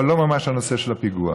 אבל לא ממש הנושא של הפיגוע.